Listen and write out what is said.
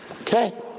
okay